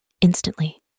Instantly